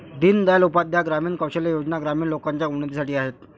दीन दयाल उपाध्याय ग्रामीण कौशल्या योजना ग्रामीण लोकांच्या उन्नतीसाठी आहेत